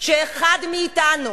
שאחד מאתנו